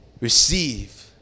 receive